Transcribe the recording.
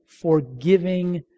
forgiving